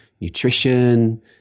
nutrition